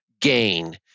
gain